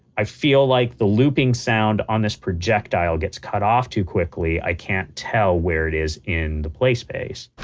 i feel like the looping sound on this projectile gets cut off too quickly. i can't tell where it is in the play space.